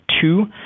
two